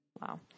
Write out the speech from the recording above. Wow